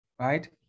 right